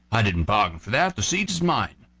i didn't bargain for that, the seat is mine.